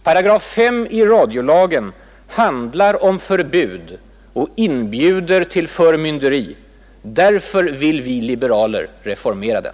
Paragraf 5 i radiolagen handlar om förbud och inbjuder till förmynderi. Därför vill vi liberaler reformera den.